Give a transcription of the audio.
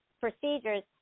procedures